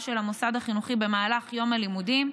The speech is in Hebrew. של המוסד החינוכי במהלך יום הלימודים,